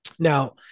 Now